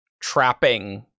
trapping